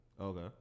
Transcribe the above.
Okay